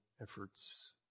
efforts